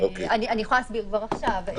אני יכולה להסביר כבר עכשיו.